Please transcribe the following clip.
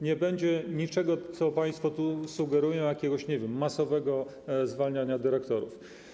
Nie będzie niczego, co państwo sugerują, jakiegoś, nie wiem, masowego zwalniania dyrektorów.